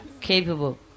Capable